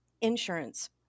insurance